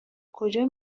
کجا